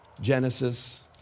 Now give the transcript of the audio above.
Genesis